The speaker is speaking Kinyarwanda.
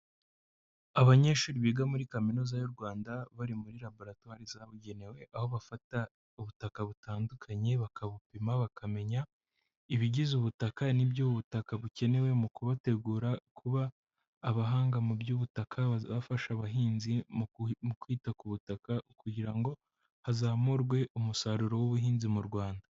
Abanyeshuri biga muri kaminuza y'u Rwanda bari muri laboratoire zabugenewe aho bafata ubutaka butandukanye bakabupima bakamenya ibigize ubutaka n'ibyo ubutaka bukenewe mu kubategura kuba abahanga mu by'ubutaka baza bafasha abahinzi kwita ku butaka kugira ngo hazamurwe umusaruro w'ubuhinzi mu Rwanda.